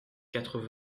quatre